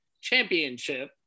championship